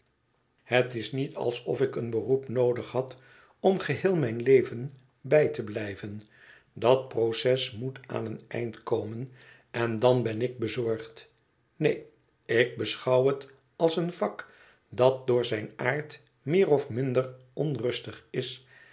het is niet alsof ik een beroep noodig had om geheel mijn leven bij te blijven dat proces moet aan een eind komen en dan ben ik bezorgd neen ik beschouw het als een vak dat door zijn aard meer of minder onrustig is